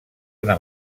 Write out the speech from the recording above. una